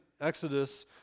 Exodus